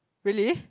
really